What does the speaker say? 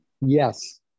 Yes